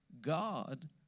God